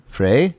Frey